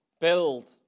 build